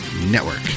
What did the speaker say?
Network